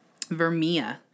Vermia